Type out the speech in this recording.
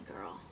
girl